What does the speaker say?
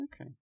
Okay